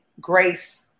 grace